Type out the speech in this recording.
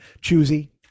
choosy